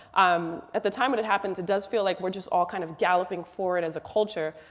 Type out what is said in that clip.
um at the time when it happens it does feel like we're just all kind of galloping forward as a culture.